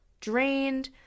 drained